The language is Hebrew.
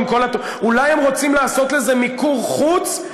אולי הם רוצים לעשות לזה מיקור חוץ,